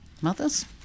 Mothers